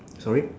sorry